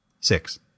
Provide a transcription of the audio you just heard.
six